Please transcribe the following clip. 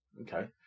okay